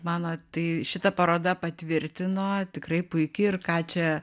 mano tai šita paroda patvirtino tikrai puiki ir ką čia